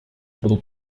будут